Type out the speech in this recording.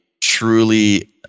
truly